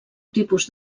tipus